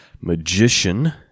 magician